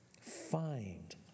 Find